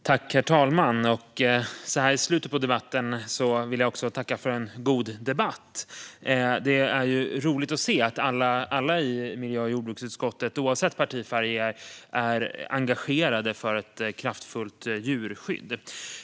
Herr talman! Jag vill så här i slutet av debatten tacka för en god debatt. Det är roligt att höra att alla i miljö och jordbruksutskottet, oavsett partifärg, är engagerade i frågan om ett kraftfullt djurskydd.